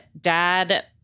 dad